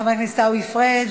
חבר הכנסת עיסאווי פריג'.